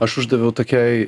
aš uždaviau tokiai